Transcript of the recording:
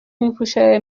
میپوشه